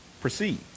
proceed